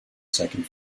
second